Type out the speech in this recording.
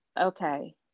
okay